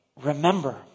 remember